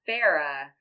Farah